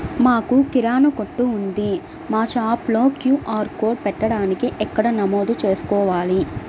మాకు కిరాణా కొట్టు ఉంది మా షాప్లో క్యూ.ఆర్ కోడ్ పెట్టడానికి ఎక్కడ నమోదు చేసుకోవాలీ?